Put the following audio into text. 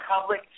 public